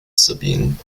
sabine